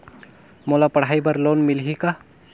मोला पढ़ाई बर लोन मिलही का?